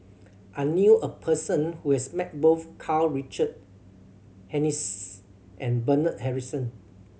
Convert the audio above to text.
I knew a person who has met both Karl Richard Hanitsch and Bernard Harrison